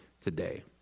today